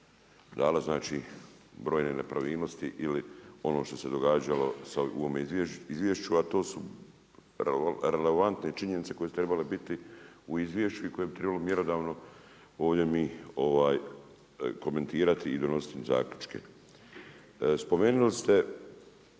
dala, znači brojne nepravilnosti ili ono što se događalo u ovom izvješću, a to su relevantne činjenice koju su trebale biti u izvješću i koje bi trebalo mjerodavno ovdje mi ovdje komentirati i donositi zaključke. Spomenuli ste